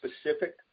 specific